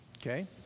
Okay